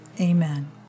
Amen